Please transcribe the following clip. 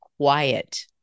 quiet